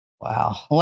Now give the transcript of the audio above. wow